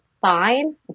fine